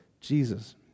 Jesus